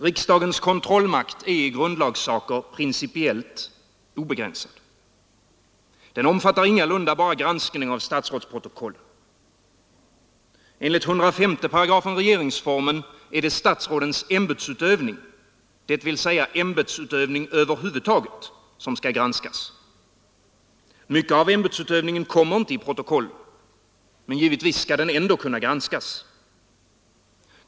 Riksdagens kontrollmakt är i grundlagssaker principiellt obegränsad. Den omfattar ingalunda bara granskning av statsrådsprotokollen. Enligt 105 § regeringsformen är det statsrådens ämbetsutövning, dvs. ämbetsutövning över huvud taget, som skall granskas. Mycket av ämbetsutövningen kommer inte i protokollen. Givetvis skall den ändå kunna granskas.